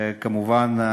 וכמובן,